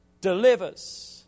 delivers